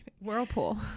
Whirlpool